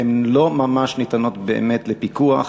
הן לא ממש ניתנות באמת לפיקוח.